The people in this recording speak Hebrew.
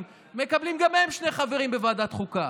מקבלים גם הם שני חברים בוועדת החוקה.